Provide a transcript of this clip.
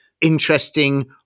interesting